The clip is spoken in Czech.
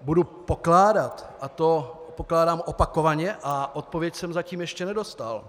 budu pokládat, a to pokládám opakovaně a odpověď jsem zatím ještě nedostal.